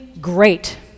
great